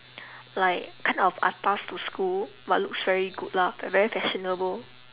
like kind of atas to school but looks very good lah very fashionable